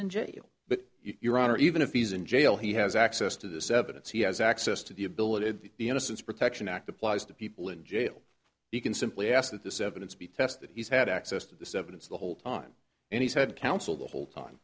in jail but your honor even if he's in jail he has access to this evidence he has access to the ability and the innocence protection act applies to people in jail you can simply ask that this evidence be tested he's had access to this evidence the whole time and he said counsel the whole time